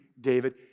David